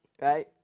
right